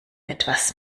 etwas